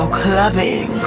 clubbing